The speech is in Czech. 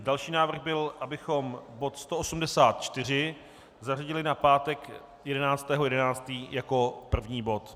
Další návrh byl, abychom bod 184 zařadili na pátek 11. 11. jako první bod.